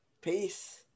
Peace